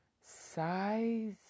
size